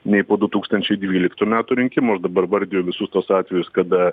nei po du tūkstančiai dvyliktų metų rinkimų aš dabar vardiju visus tuos atvejus kada